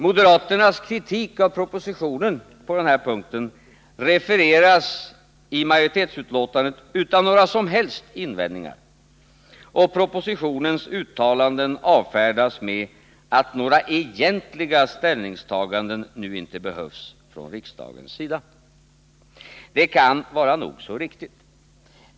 Moderaternas kritik av propositionen refereras i majoritetsbetänkandet utan några som helst invändningar, och propositionens uttalanden avfärdas med att några ”egentliga” ställningstaganden nu inte behövs från riksdagens sida. Det kan var nog så riktigt.